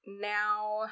now